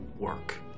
Work